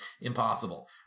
impossible